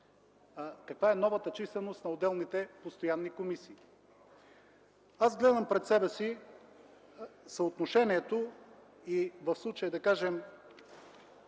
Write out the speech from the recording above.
каква е новата численост на отделните постоянни комисии. Аз гледам пред себе си съотношението и в случая да кажем